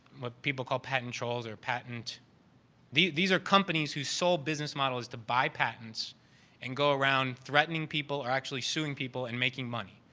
what people call patent trolls or patent these are companies who sold business models to buy patent and go around threatening people or actually suing people and making money.